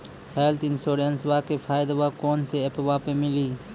Health इंश्योरेंसबा के फायदावा कौन से ऐपवा पे मिली?